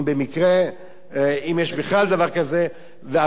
אם יש בכלל דבר כזה, אבל רובם המכריע,